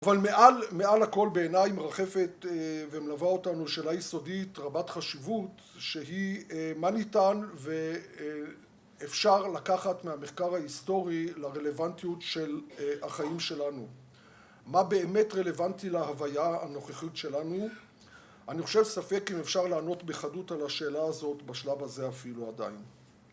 אבל מעל הכל בעיניי מרחפת ומלווה אותנו שאלה יסודית רבת חשיבות שהיא מה ניתן ואפשר לקחת מהמחקר ההיסטורי לרלוונטיות של החיים שלנו. מה באמת רלוונטי להוויה הנוכחית שלנו? אני חושב ספק אם אפשר לענות בחדות על השאלה הזאת בשלב הזה אפילו עדיין